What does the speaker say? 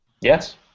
Yes